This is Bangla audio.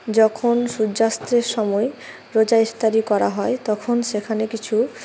যখন সূর্যাস্তের সময় রোজা ইস্তারি করা হয় তখন সেখানে কিছু